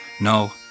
No